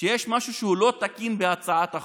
שיש משהו לא תקין בהצעת החוק,